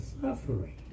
suffering